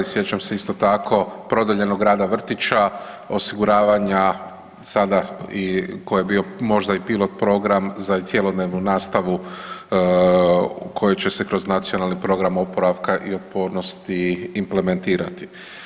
Sjećam se isto tako produljenog rada vrtića, osiguravanja sada tko je bio možda i pilot program za cjelodnevnu nastavu kojoj će se kroz Nacionalni program oporavka i otpornosti implementirati.